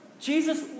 Jesus